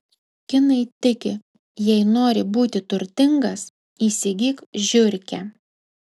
kinai tiki jei nori būti turtingas įsigyk žiurkę